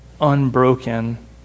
unbroken